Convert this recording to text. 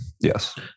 Yes